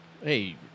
Hey